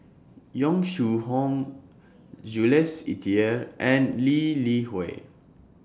Yong Shu Hoong Jules Itier and Lee Li Hui